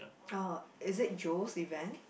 uh is it Joe's event